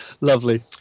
Lovely